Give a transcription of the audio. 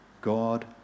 God